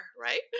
right